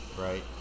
Right